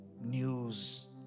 news